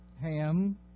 Ham